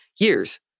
Years